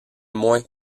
moins